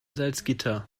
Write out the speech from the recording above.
salzgitter